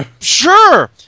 sure